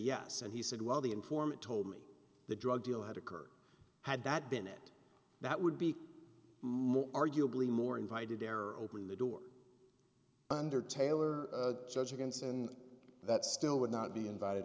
yes and he said well the informant told me the drug deal had occurred had that been it that would be more arguably more invited error open the door under taylor judge against and that still would not be invited